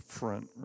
front